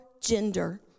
gender